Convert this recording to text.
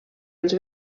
els